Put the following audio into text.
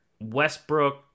westbrook